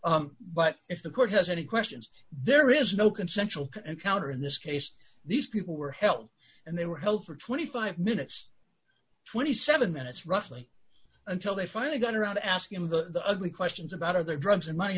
but if the court has any questions there is no consensual encounter in this case these people were held and they were held for twenty five minutes twenty seven minutes roughly until they finally got around to asking the ugly questions about other drugs and money